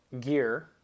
gear